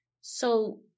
So-